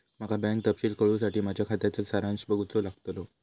माका बँक तपशील कळूसाठी माझ्या खात्याचा सारांश बघूचो लागतलो